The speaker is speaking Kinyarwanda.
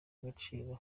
agaciro